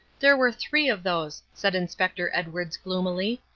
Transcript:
there were three of those, said inspector edwards gloomily.